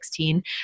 2016